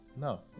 No